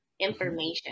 information